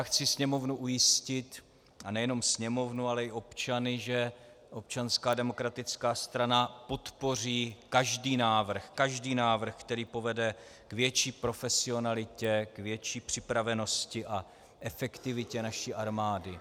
Chci Sněmovnu ujistit, a nejenom Sněmovnu, ale i občany, že Občanská demokratická strana podpoří každý návrh, který povede k větší profesionalitě, k větší připravenosti a k efektivitě naší armády.